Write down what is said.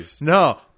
No